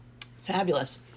Fabulous